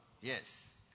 Yes